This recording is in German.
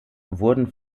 wurden